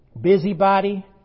busybody